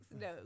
No